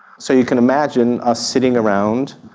so you can imagine us sitting around,